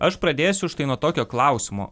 aš pradėsiu štai nuo tokio klausimo